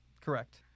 Correct